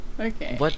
Okay